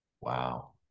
Wow